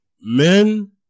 men